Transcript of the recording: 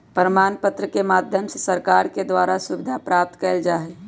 प्रमाण पत्र के माध्यम से सरकार के द्वारा सुविधा प्राप्त कइल जा हई